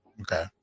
okay